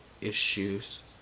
issues